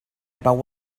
about